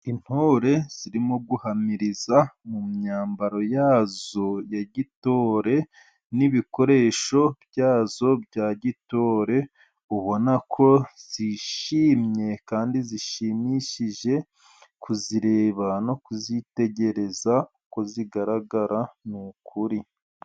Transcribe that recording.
Intore zirimo guhamiriza mu myambaro yazo ya gitore ,n'ibikoresho byazo bya gitore ubona ko zishimye ,kandi zishimishije kuzireba no kuzitegereza ,uko zigaragara ni ukuri.